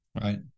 right